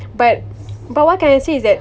but but what can I say is that